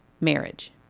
marriage